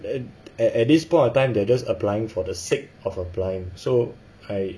at at at this point of time they're just applying for the sake of applying so like